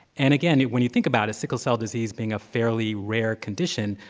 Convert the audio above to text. and, again, when you think about sickle cell disease being a fairly rare condition,